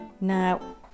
Now